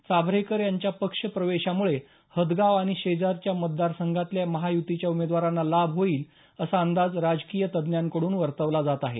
चाभरेकर यांच्या पक्ष प्रवेशामुळे हदगाव आणि शेजारच्या मतदार संघातल्या महायुतीच्या उमेदवारांना लाभ होईल असा अंदाज राजकीय तज्ज्ञांकड्रन वर्तवला जात आहेत